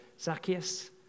Zacchaeus